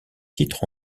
titre